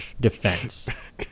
defense